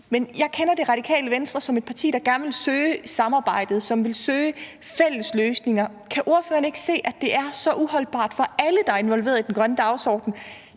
Men jeg kender Det Radikale Venstre som et parti, der gerne vil søge samarbejdet, og som vil søge fælles løsninger. Kan ordføreren ikke se, at det er så uholdbart for alle, der er involveret i den grønne dagsorden?